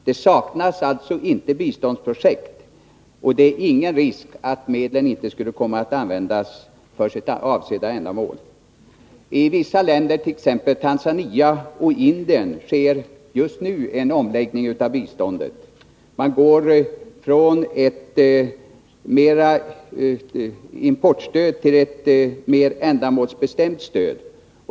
Det saknas alltså inte biståndsprojekt, och det är ingen risk att medlen inte kommer att användas för sitt avsedda ändamål. I vissa länder, t.ex. Tanzania och Indien, sker just nu en omläggning av biståndet. Man går från importstöd till ett mer ändamålsbestämt stöd.